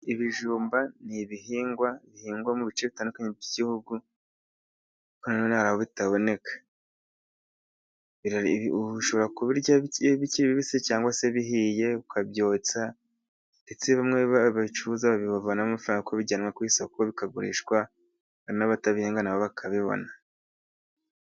Ibijumba ni ibihingwa bihingwa mu bice bitandukanye by'igihugu kandi hari aho bitaboneka, ushobora kubirya bikiri bibisi cyangwa se bihiye ukabyotsa, ndetse bamwe babicuruza babibavanamo amafaranga, kuko bijyanwa ku isoko bikagurishwa, n'abatabihinga nabo bakabibona.